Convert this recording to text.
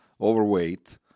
overweight